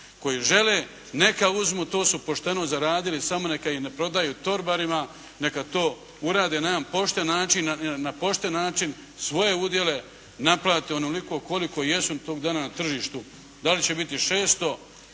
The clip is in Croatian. koji žele neka uzmu to su pošteno zaradili, samo neka ih ne prodaju torbarima, neka to urade na jedan pošten način, svoje udjele naplate onoliko koliko jesu tog dana na tržištu. Da li će biti 600